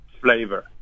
flavor